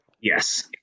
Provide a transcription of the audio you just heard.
Yes